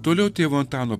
toliau tėvo antano